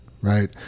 right